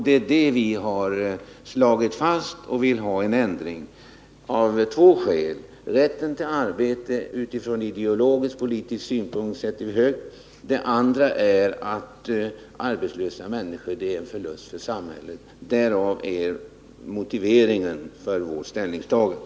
Det är det vi har slagit fast och vill ha en ändring på, av två skäl. Det första är att vi utifrån ideologisk-politisk synpunkt sätter rätten till arbete högt. Det andra är att arbetslösa människor är en förlust för samhället från flera synpunkter. Det är motiveringen för vårt ställningstagande.